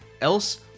Else